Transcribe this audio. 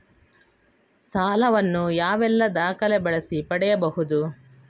ಸಾಲ ವನ್ನು ಯಾವೆಲ್ಲ ದಾಖಲೆ ಬಳಸಿ ಪಡೆಯಬಹುದು?